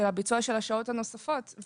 של הביצוע של השעות הנוספות.